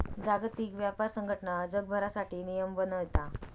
जागतिक व्यापार संघटना जगभरासाठी नियम बनयता